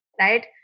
right